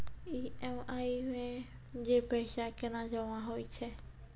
EMI मे जे पैसा केना जमा होय छै?